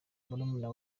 murumuna